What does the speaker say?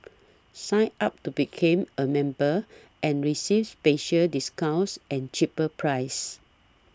sign up to became a member and receives special discounts and cheaper prices